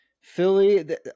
Philly